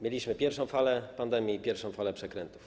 Mieliśmy pierwszą falę pandemii i pierwszą falę przekrętów.